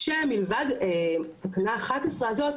כשמלבד תקנה 11 הזאת,